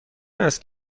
است